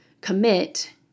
commit